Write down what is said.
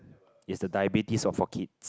it's the diabetes or for kids